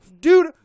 Dude